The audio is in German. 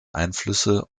einflüsse